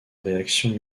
réaction